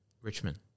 Richmond